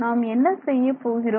நாம் என்ன செய்யப் போகிறோம்